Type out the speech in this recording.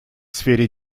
сфере